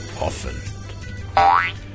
Often